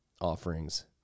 offerings